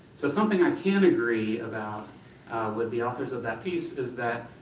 so something i can agree about with the authors of that piece, is that